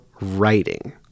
writing